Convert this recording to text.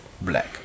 black